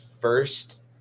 first